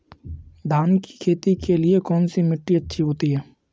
धान की खेती के लिए कौनसी मिट्टी अच्छी होती है?